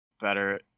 Better